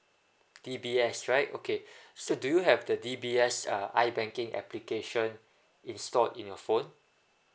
D_B_S right okay so do you have the D_B_S uh ibanking application installed in your phone